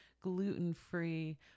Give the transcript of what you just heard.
gluten-free